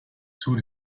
tut